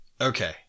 okay